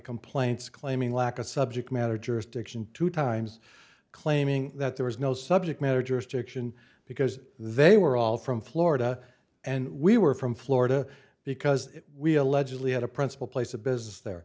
complaints claiming lack of subject matter jurisdiction two times claiming that there was no subject matter jurisdiction because they were all from florida and we were from florida because we allegedly had a principal place of business there